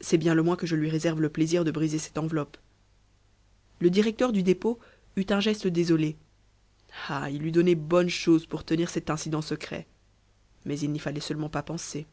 c'est bien le moins que je lui réserve le plaisir de briser cette enveloppe le directeur du dépôt eut un geste désolé ah il eût donné bonne chose pour tenir cet incident secret mais il n'y fallait seulement pas penser